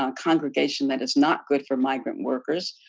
um congregation that is not good for migrant workers.